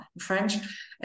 French